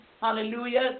Hallelujah